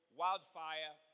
wildfire